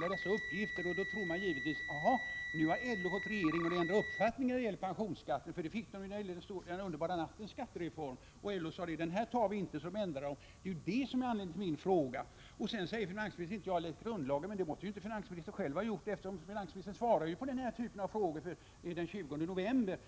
med dessa uppgifter. Då tror man ju att LO har fått regeringen att ändra uppfattning i fråga om pensionsskatten. LO lyckades ju också när det gällde den underbara nattens skattereform. LO sade: Det här tar vi inte. Och så ändrade man sig. Detta är anledningen till min fråga. Sedan sade finansministern att jag inte har läst grundlagen, men det tycks i så fall inte heller finansministern ha gjort, eftersom han tidigare svarat på den här typen av frågor. Datumet är ju den 20 november.